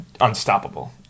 unstoppable